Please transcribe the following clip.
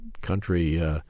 country